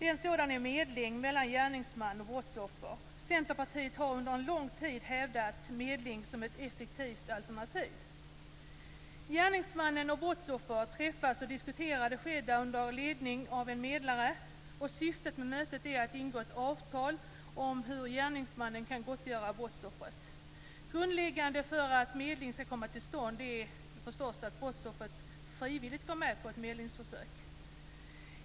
En sådan är medling mellan gärningsman och brottsoffer. Centerpartiet har under lång tid hävdat medling som ett effektivt alternativ. Gärningsmannen och brottsoffret träffas och diskuterar det skedda under ledning av en medlare. Syftet med mötet är att ett avtal skall ingås om hur gärningsmannen kan gottgöra brottsoffret. Grundläggande för att medling skall komma till stånd är förstås att brottsoffret frivilligt går med på ett medlingsförsök.